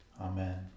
Amen